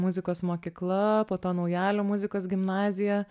muzikos mokykla po to naujalio muzikos gimnazija